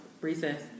recess